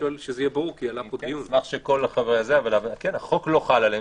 זה אומר שהחוק לא חל,